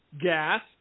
gas